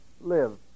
live